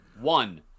One